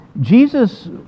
Jesus